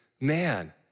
Man